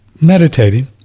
meditating